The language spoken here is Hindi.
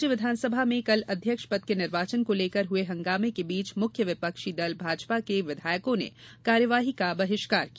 राज्य विधानसभा में कल अध्यक्ष पद के निर्वाचन को लेकर हए हंगामे के बीच मुख्य विपक्षी दल भाजपा के विधायकों ने कार्यवाही का बहिष्कार किया